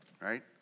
right